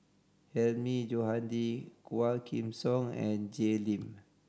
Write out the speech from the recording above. Hilmi Johandi Quah Kim Song and Jay Lim